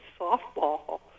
softball